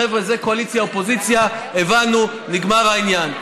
חבר'ה, זה קואליציה אופוזיציה, הבנו, נגמר העניין.